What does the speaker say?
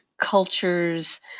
cultures